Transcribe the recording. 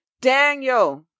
Daniel